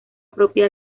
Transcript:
propia